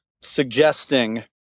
suggesting